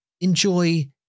enjoy